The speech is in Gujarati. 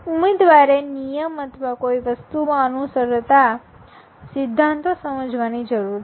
ઉમેદવારે નિયમ અથવા કોઈ વસ્તુમાં અનુસરતા સિદ્ધાંતો સમજવાની જરૂરી છે